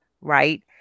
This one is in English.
Right